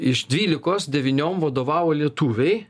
iš dvylikos devyniom vadovavo lietuviai